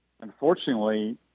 unfortunately